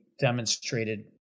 demonstrated